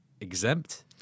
exempt